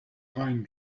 pine